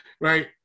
right